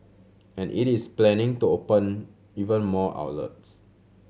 and it is planning to open even more outlets